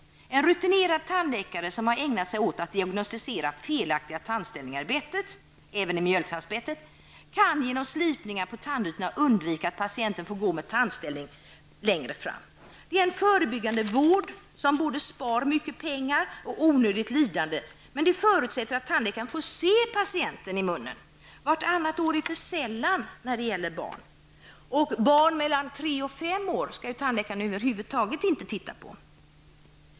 Genom att en rutinerad tandläkare, som har ägnat sig åt att diagnostisera felaktiga tandställningar i bettet, även i mjölktandsbettet, slipar tandytorna kan man undvika att patienten får gå med tandställning längre fram. Det är en förebyggande vård som spar både mycket pengar och onödigt lidande. Men en förutsättning är då att tandläkaren får titta i patientens mun. Att göra det vartannat år är för sällan när det gäller barn. Barn mellan tre och fem år skall ju tandläkaren över huvud taget inte kontrollera.